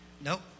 Nope